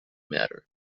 matter